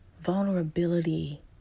Vulnerability